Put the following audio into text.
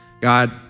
God